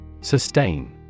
Sustain